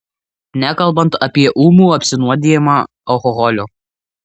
nekalbant apie ūmų apsinuodijimą alkoholiu